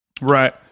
right